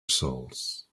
souls